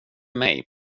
mig